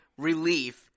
relief